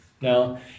Now